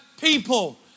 people